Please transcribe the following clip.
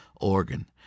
organ